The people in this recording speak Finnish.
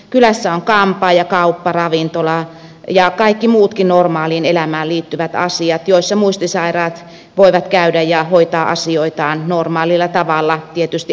kylässä on kampaaja kauppa ravintola ja kaikki muutkin normaaliin elämään liittyvät asiat joissa muistisairaat voivat käydä ja hoitaa asioitaan normaalilla tavalla tietysti autetusti